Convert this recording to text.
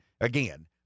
again